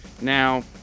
Now